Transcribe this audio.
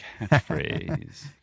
catchphrase